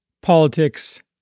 politics